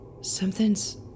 something's